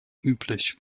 üblich